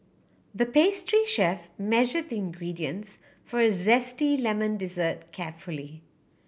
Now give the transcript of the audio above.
the pastry chef measured the ingredients for a zesty lemon dessert carefully